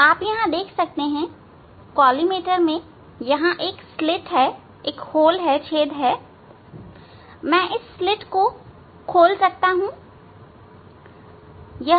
आप यहां देख सकते हैं कॉलीमेटर में यहां एक स्लिट है मैं इस स्लिट को खोल सकता हूं